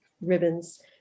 ribbons